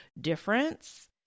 difference